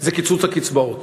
זה קיצוץ הקצבאות.